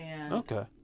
Okay